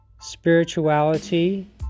spirituality